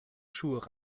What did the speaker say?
schuhe